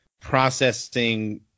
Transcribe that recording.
processing